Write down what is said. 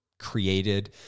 created